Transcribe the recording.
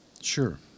Sure